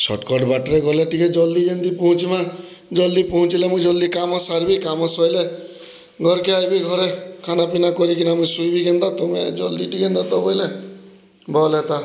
shortcut ବାଟେରେ ଗଲେ ଟିକେ ଜଲ୍ଦି ଜେନ୍ତି ପୁହଞ୍ଚିମା ଜଲ୍ଦି ପୁହଞ୍ଚିଲେ ମୁଇଁ ଜଲ୍ଦି କାମ ସାରିବି କାମ ସଏଲେ ଘର୍କେ ଆଇବି ଘରେ ଖାନା ପିନା କରିକିନା ମୁଇଁ ଶୋଇବି କେନ୍ତା ତମେ ଜଲ୍ଦି ଟିକେ ନେତ ବଏଲେ ଭଲ୍ ହେତା